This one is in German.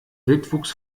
wildwuchs